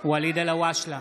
ואליד אלהואשלה,